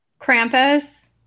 krampus